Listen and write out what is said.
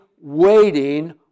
waiting